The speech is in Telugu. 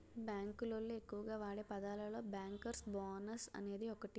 బేంకు లోళ్ళు ఎక్కువగా వాడే పదాలలో బ్యేంకర్స్ బోనస్ అనేది ఒకటి